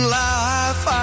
life